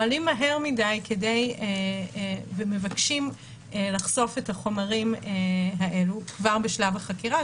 מהר מדי ומבקשים לחשוף את החומרים האלו כבר בשלב החקירה.